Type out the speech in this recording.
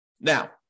Now